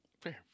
Fair